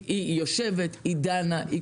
היא יושבת, היא דנה.